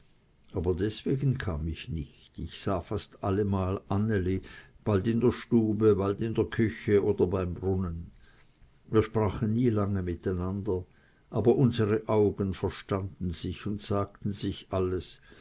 aber deswegen kam ich nicht sondern wegen anneli das ich fast allemal bald in der stube bald in der küche oder beim brunnen sah wir sprachen nie lange miteinander aber unsere augen verstunden sich und sagten sich alles